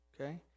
okay